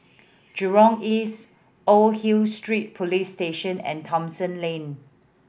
Jurong East Old Hill Street Police Station and Thomson Lane